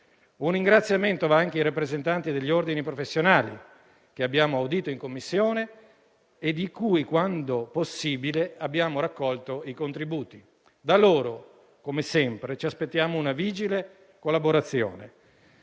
Un ringraziamento va anche ai rappresentanti degli ordini professionali che abbiamo audito in Commissione e di cui, quando possibile, abbiamo raccolto i contributi. Da loro, come sempre, ci aspettiamo una vigile collaborazione.